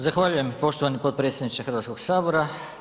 Zahvaljujem poštovani potpredsjedniče Hrvatskog sabora.